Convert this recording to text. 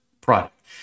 product